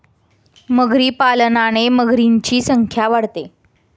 मगरी पालनाने मगरींची संख्या वाढते